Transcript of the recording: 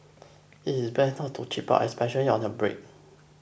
it's better to cheap out especially on your brake